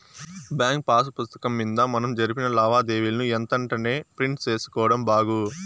bank pass పుస్తకం మింద మనం జరిపిన లావాదేవీలని ఎంతెంటనే ప్రింట్ సేసుకోడం బాగు